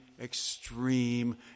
extreme